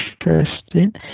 interesting